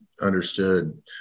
Understood